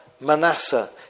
Manasseh